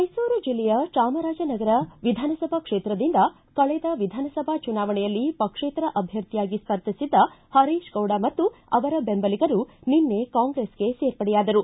ಮೈಸೂರು ಜಲ್ಲೆಯ ಚಾಮರಾಜನಗರ ವಿಧಾನಸಭಾ ಕ್ಷೇತ್ರದಿಂದ ಕಳೆದ ವಿಧಾನಸಭಾ ಚುನಾವಣೆಯಲ್ಲಿ ಪಕ್ಷೇತರ ಅಭ್ವರ್ಥಿಯಾಗಿ ಸ್ಪರ್ಧಿಸಿದ್ದ ಹರೀಶ ಗೌಡ ಮತ್ತು ಅವರ ಬೆಂಬಲಿಗರು ನಿನ್ನೆ ಕಾಂಗ್ರೆಸ್ಗೆ ಸೇರ್ಪಡೆಯಾದರು